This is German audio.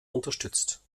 unterstützt